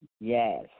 Yes